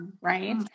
Right